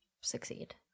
succeed